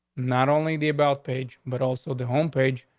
not only the about page, but also the homepage.